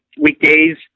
weekdays